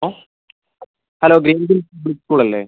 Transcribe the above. hello hello green hills public school അല്ലേ